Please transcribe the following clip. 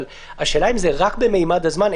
אבל השאלה אם זה רק בממד הזמן?